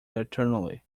eternally